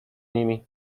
nimi